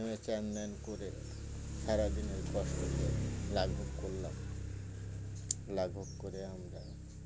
চান করে সারাদিনের কষ্ট লাঘক করলাম লাঘব করে আমরা